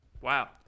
Wow